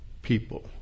people